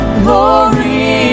glory